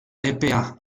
epea